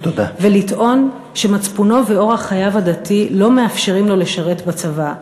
ולטעון שמצפונו ואורח חייו הדתי לא מאפשרים לו לשרת בצבא,